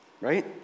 Right